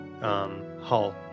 Hull